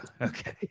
Okay